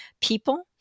people